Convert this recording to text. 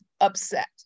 upset